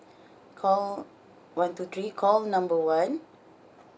call one two three call number one